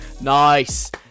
Nice